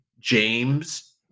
james